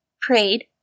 prayed